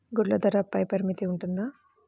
గుడ్లు ధరల పై పరిమితి ఉంటుందా?